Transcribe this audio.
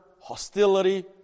hostility